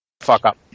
fuck-up